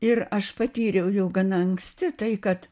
ir aš patyriau jau gana anksti tai kad